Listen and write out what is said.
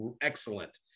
excellent